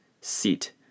seat